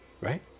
right